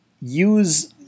use